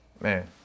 Man